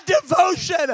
devotion